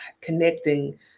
connecting